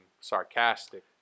sarcastic